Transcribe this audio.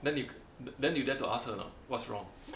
then 你 then you dare to ask her or not what's wrong